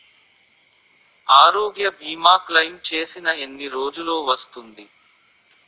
ఆరోగ్య భీమా క్లైమ్ చేసిన ఎన్ని రోజ్జులో వస్తుంది?